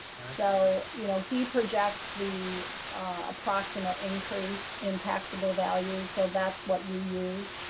so, you know, he projects the approximate increase in taxable value. so that's what we use